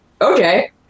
Okay